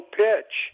pitch